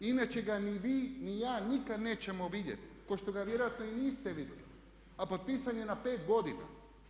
Inače ga ni vi ni ja nikad nećemo vidjeti, kao što ga vjerojatno i niste vidjeli, a potpisan je na 5 godina.